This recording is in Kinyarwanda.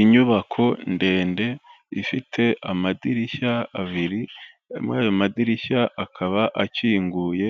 Inyubako ndende ifite amadirishya abiri, hanyuma ayo madirishya akaba akinguye,